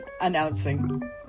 announcing